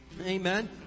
amen